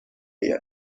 آید